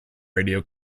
radio